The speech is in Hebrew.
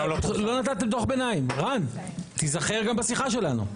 לא נתתם דוח ביניים, רן, תיזכר גם בשיחה שלנו.